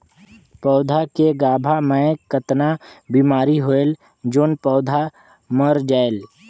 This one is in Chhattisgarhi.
पौधा के गाभा मै कतना बिमारी होयल जोन पौधा मर जायेल?